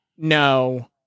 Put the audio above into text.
no